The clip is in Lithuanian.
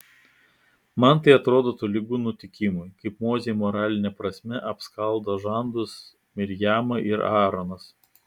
man tai atrodo tolygu nutikimui kaip mozei moraline prasme apskaldo žandus mirjama ir aaronas